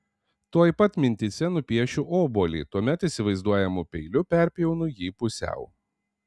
tuoj pat mintyse nupiešiu obuolį tuomet įsivaizduojamu peiliu perpjaunu jį pusiau